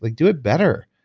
like do it better.